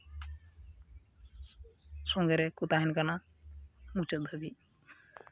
ᱥᱚᱝᱜᱮ ᱨᱮᱠᱚ ᱛᱟᱦᱮᱱ ᱠᱟᱱᱟ ᱢᱩᱪᱟᱹᱫ ᱫᱷᱟᱹᱵᱤᱡ